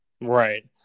Right